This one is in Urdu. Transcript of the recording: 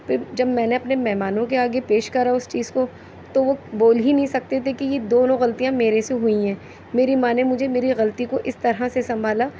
پھر جب میں نے اپنے مہمانوں کے آگے پیش کرا اس چیز کو تو وہ بول ہی نہیں سکتے تھے کہ یہ دونوں غلطیاں میرے سے ہوئی ہیں میری ماں نے میری غلطی کو اس طرح سے سنبھالا